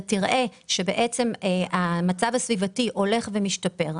אתה תראה שהמצב הסביבתי הולך ומשתפר,